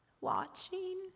watching